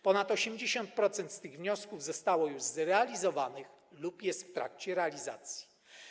Ponad 80% z tych wniosków zostało już zrealizowanych lub jest w trakcie realizacji.